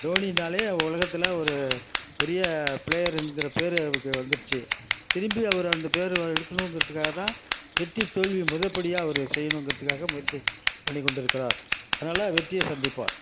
தோனின்னாலே அவ் உலகத்தில் ஒரு பெரிய பிளேயர் என்கிற பேர் அவருக்கு வந்துடுச்சு திரும்பி அவரு அந்த பேர் வ எடுக்கணுங்கிறதுக்காக தான் வெற்றி தோல்வியை முத படியாக அவரு செய்யிணுங்கிறத்துக்காக முயற்சி பண்ணிக் கொண்டு இருக்கிறார் அதனால் வெற்றியை சந்திப்பார்